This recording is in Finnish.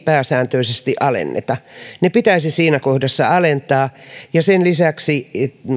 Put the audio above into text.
pääsääntöisesti alenneta ne pitäisi siinä kohdassa alentaa sen lisäksi